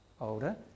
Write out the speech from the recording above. older